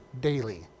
daily